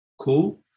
cool